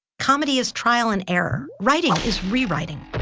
comedy is trial and error. writing is rewriting.